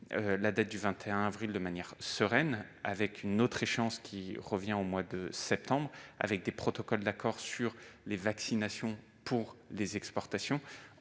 la date du 21 avril de manière sereine, puisqu'il y aura une autre échéance au mois de septembre, avec des protocoles d'accord sur les vaccinations pour les exportations,